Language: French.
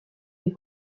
les